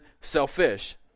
selfish